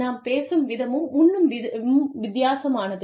நாம் பேசும் விதமும் உண்ணும் விதமும் வித்தியாசமானது